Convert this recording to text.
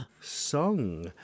song